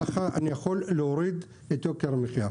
כך אני יכול להוריד את יוקר המחיה.